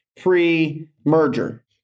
pre-merger